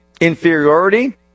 inferiority